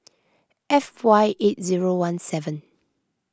F Y eight zero one seven